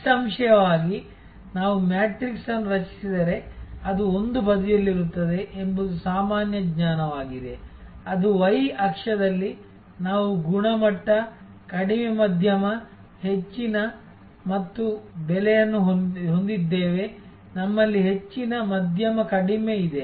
ನಿಸ್ಸಂಶಯವಾಗಿ ನಾವು ಮ್ಯಾಟ್ರಿಕ್ಸ್ ಅನ್ನು ರಚಿಸಿದರೆ ಅದು ಒಂದು ಬದಿಯಲ್ಲಿರುತ್ತದೆ ಎಂಬುದು ಸಾಮಾನ್ಯ ಜ್ಞಾನವಾಗಿದೆ ಅದು y ಅಕ್ಷದಲ್ಲಿ ನಾವು ಗುಣಮಟ್ಟ ಕಡಿಮೆ ಮಧ್ಯಮ ಹೆಚ್ಚಿನ ಮತ್ತು ಬೆಲೆಯನ್ನು ಹೊಂದಿದ್ದೇವೆ ನಮ್ಮಲ್ಲಿ ಹೆಚ್ಚಿನ ಮಧ್ಯಮ ಕಡಿಮೆ ಇದೆ